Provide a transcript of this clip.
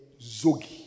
Zogi